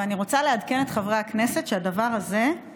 ואני רוצה לעדכן את חברי הכנסת שהדבר הזה הוא גרב,